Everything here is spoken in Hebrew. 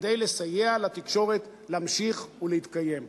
כדי לסייע לתקשורת להמשיך ולהתקיים.